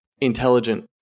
intelligent